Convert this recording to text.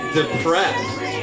depressed